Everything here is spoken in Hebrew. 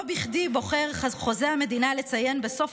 לא בכדי בוחר חוזה המדינה לציין בסוף